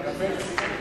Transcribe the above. גרגמלסקי.